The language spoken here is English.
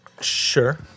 Sure